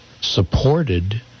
supported